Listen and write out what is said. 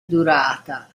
durata